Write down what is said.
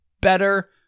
better